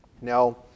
Now